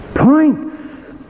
Points